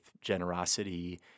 generosity